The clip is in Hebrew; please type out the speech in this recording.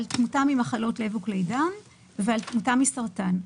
על תמותה ממחלות לב וכלי דם ועל תמותה מסרטן.